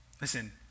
Listen